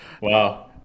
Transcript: Wow